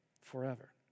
forever